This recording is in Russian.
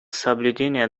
соблюдение